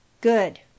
good